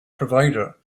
provider